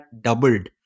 doubled